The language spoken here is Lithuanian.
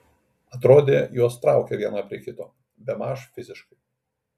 atrodė juos traukia vieną prie kito bemaž fiziškai